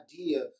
idea